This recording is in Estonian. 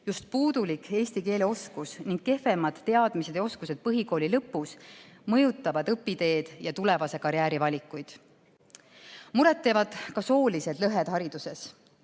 Just puudulik eesti keele oskus ning kehvemad teadmised ja oskused põhikooli lõpus mõjutavad õpiteed ja tulevasi karjäärivalikuid. Muret teevad ka soolised lõhed hariduses.